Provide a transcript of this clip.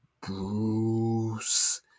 Bruce